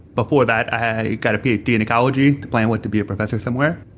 before that i got a ph d. in ecology. the plan was to be a professor somewhere.